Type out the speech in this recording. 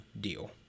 Deal